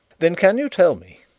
then can you tell me,